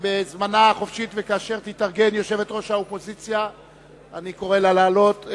בזמנה החופשי וכאשר תתארגן יושבת-ראש האופוזיציה אני קורא לה לעלות.